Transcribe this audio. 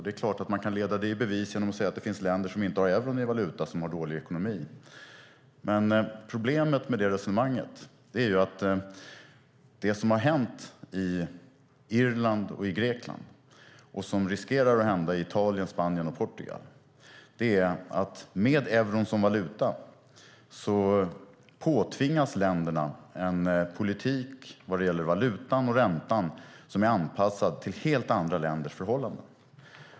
Det är klart att man kan leda det i bevis genom att säga att det finns länder som inte har euron som valuta som har dålig ekonomi. Men problemet med det resonemanget är att det som har hänt i Irland och i Grekland, och som riskerar att hända i Italien, Spanien och Portugal, är att med euron som valuta påtvingas länderna en politik vad gäller valutan och räntan som är anpassad till helt andra länders förhållanden.